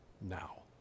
now